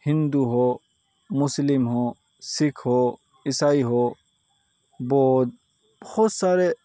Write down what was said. ہندو ہو مسلم ہو سکھ ہو عیسائی ہو بودھ بہت سارے